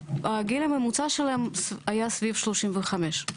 הגיל הממוצע היה סביב 35,